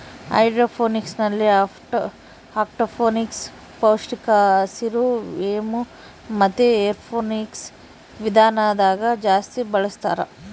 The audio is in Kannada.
ಹೈಡ್ರೋಫೋನಿಕ್ಸ್ನಲ್ಲಿ ಅಕ್ವಾಫೋನಿಕ್ಸ್, ಪೌಷ್ಟಿಕ ಹಸಿರು ಮೇವು ಮತೆ ಏರೋಫೋನಿಕ್ಸ್ ವಿಧಾನದಾಗ ಜಾಸ್ತಿ ಬಳಸ್ತಾರ